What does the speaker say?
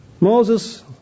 Moses